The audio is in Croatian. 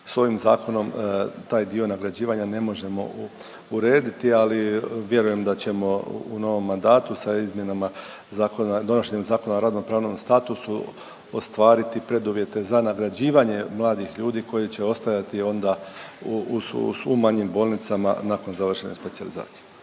S ovim zakonom taj dio nagrađivanja ne možemo urediti, ali vjerujem da ćemo u novom mandatu sa izmjenama donošenja Zakona o radno pravnom statusu ostvariti preduvjete za nagrađivanje mladih ljudi koji će ostajati onda u manjim bolnicama nakon završene specijalizacije.